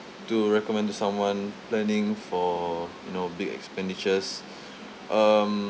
to recommend to someone planning for you know big expenditures um